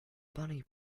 bunny